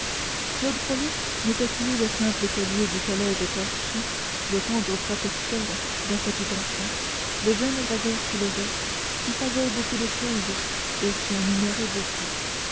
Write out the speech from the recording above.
claude frollo n'était plus le simple écolier du collège torchi le tendre protecteur d'un petit enfant le jeune et rêveur philosophe qui savait beaucoup de choses et qui en ignorait beaucoup